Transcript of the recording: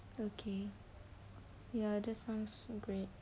okay ya that sounds so great